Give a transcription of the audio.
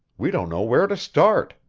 we don't know where to start,